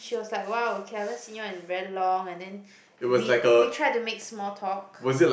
she was like !wow! okay I never see you in very long and then we we tried to make small talk